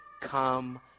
come